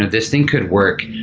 and this thing could work.